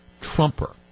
Trumper